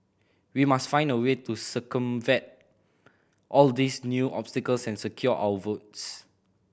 we must find a way to circumvent all these new obstacles and secure our votes